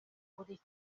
buri